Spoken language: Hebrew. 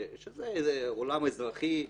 ששם זה עולם אזרחי,